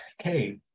Okay